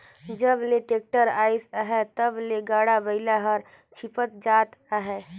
जब ले टेक्टर अइस अहे तब ले गाड़ा बइला हर छपत जात अहे